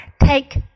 Take